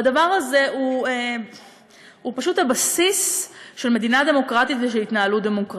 והדבר הזה הוא פשוט הבסיס של מדינה דמוקרטית ושל התנהלות דמוקרטית.